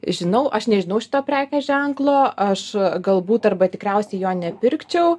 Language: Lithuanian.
žinau aš nežinau šito prekės ženklo aš galbūt arba tikriausiai jo nepirkčiau